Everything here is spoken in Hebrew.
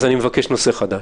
אז אני מבקש נושא חדש.